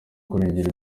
kurengera